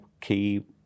key